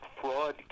Fraud